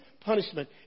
punishment